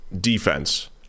defense